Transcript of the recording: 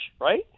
right